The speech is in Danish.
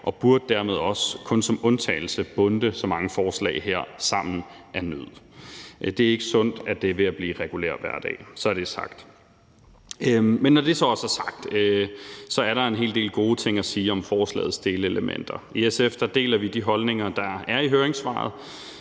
og burde dermed også kun som undtagelse bundte så mange forslag her sammen af nød. Det er ikke sundt, at det er ved at blive regulær hverdag. Så er det sagt. Men når det så også er sagt, er der en hel del gode ting at sige om forslagets delelementer. I SF deler vi de holdninger, der er i høringssvaret,